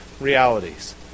realities